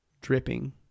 dripping